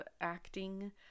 acting